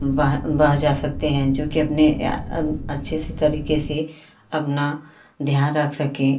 बह बह जा सकते हैं जोकि अपने अच्छे से तरीके से अपना ध्यान रख सकें